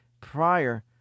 prior